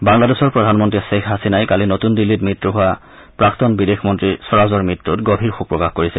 বাংলাদেশৰ প্ৰধানমন্ত্ৰী ধ্বেইখ হাছিনাই কালি নতুন দিল্লীত মৃত্যু হোৱা প্ৰাক্তন বিদেশ মন্ত্ৰী স্বৰাজৰ মৃত্যুত গভীৰ শোক প্ৰকাশ কৰিছে